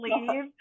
leave